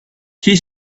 she